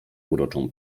uroczą